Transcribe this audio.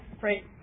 great